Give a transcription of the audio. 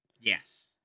Yes